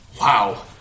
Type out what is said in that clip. Wow